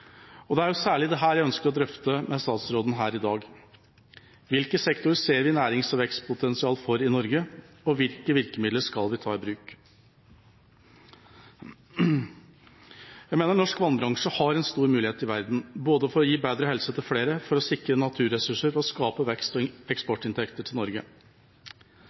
Det er jo særlig dette jeg ønsker å drøfte med statsråden her i dag: Hvilke sektorer ser vi nærings- og vekstpotensial i for Norge, og hvilke virkemidler skal vi ta i bruk? Jeg mener norsk vannbransje har en stor mulighet i verden, både for å gi bedre helse til flere, for å sikre naturressurser og for å skape vekst og eksportinntekter til Norge.